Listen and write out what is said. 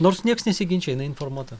nors nieks nesiginčija jinai informuota